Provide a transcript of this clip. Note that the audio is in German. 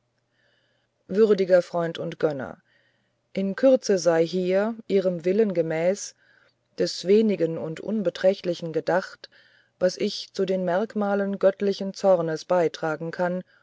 würdiger freund und gönner in kürze sei hier ihrem willen gemäß des wenigen und unbeträchtlichen gedacht was ich zu den merkmalen göttlichen zornes beitragen kann